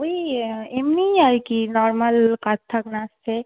ওই এমনিই আর কি নরমাল কত্থক নাচছে